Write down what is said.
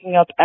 up